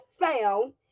found